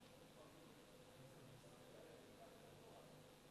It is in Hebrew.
בפולין ולמלא את השליחויות יום-יום,